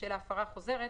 בשל ההפרה החוזרת,